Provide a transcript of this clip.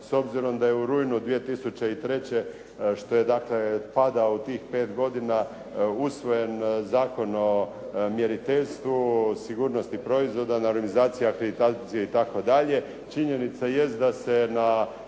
s obzirom da je u rujnu 2003. što je dakle, pada u tih 5 godina, usvojen Zakon o mjeriteljstvu, sigurnosti proizvoda, na organizaciji akreditacije i tako dalje. Činjenica jest da se na